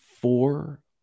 four